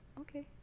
Okay